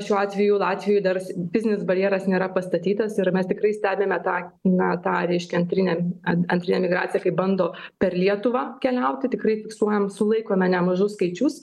šiuo atveju latvijoj dar fizinis barjeras nėra pastatytas ir mes tikrai stebime tą na tą reiškia antrinę antrinę migraciją kai bando per lietuvą keliauti tikrai fiksuojam sulaikome nemažus skaičius